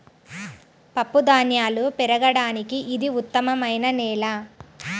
పప్పుధాన్యాలు పెరగడానికి ఇది ఉత్తమమైన నేల